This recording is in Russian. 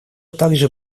также